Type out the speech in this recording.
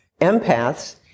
Empaths